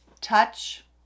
Touch